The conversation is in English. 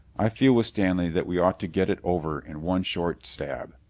i feel with stanley that we ought to get it over in one short stab.